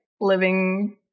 living